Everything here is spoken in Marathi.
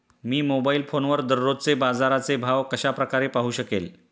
मी मोबाईल फोनवर दररोजचे बाजाराचे भाव कशा प्रकारे पाहू शकेल?